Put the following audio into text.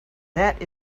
that